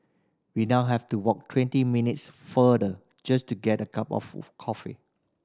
we now have to walk twenty minutes farther just to get a cup of coffee